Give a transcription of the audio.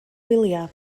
wyliau